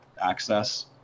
access